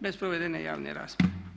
bez provedene javne rasprave.